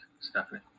Stephanie